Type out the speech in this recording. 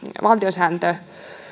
valtiontukisääntöjen